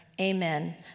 Amen